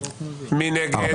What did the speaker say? מי נגד?